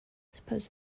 suppose